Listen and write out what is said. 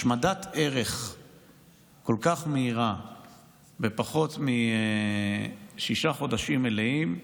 השמדת ערך כל כך מהירה בפחות משישה חודשים מלאים.